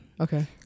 Okay